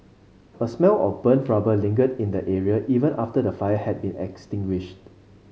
a smell of burnt rubber lingered in the area even after the fire had been extinguished